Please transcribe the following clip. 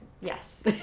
Yes